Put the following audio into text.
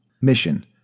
Mission